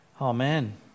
Amen